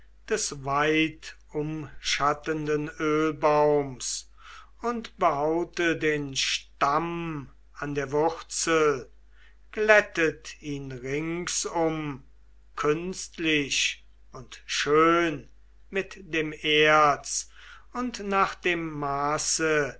des weitumschattenden ölbaums und behaute den stamm an der wurzel glättet ihn ringsum künstlich und schön mit dem erz und nach dem maße